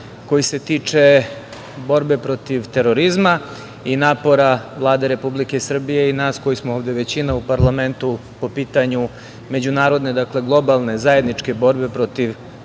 koji se tiče borbe protiv terorizma i napora Vlade Republike Srbije i nas koji smo ovde većina u parlamentu po pitanju međunarodne, globalne, zajedničke borbe protiv možda